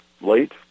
late